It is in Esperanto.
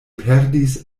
perdis